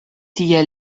tie